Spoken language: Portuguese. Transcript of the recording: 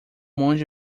monge